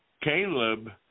Caleb